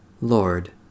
Lord